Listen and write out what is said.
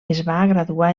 graduar